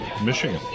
Michigan